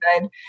good